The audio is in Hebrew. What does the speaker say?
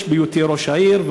ב-2006 בהיותי ראש העיר.